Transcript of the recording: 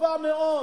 טובה מאוד,